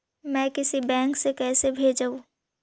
मैं किसी बैंक से कैसे भेजेऊ